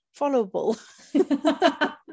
followable